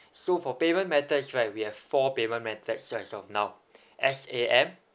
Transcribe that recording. so for payment methods right we have four payment methods as of now S_A_M